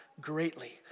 greatly